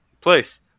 place